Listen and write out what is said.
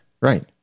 right